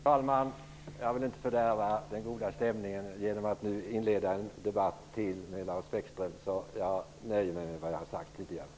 Fru talman! Jag vill inte fördärva den goda stämningen genom att nu inleda en debatt med Lars Bäckström. Jag nöjer mig med vad jag har sagt tidigare.